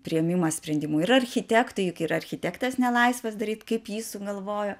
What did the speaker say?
priėmimą sprendimų ir architektų juk ir architektas nelaisvas daryt kaip jis sugalvojo